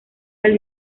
del